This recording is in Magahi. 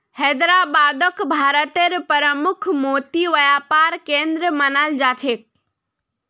हैदराबादक भारतेर प्रमुख मोती व्यापार केंद्र मानाल जा छेक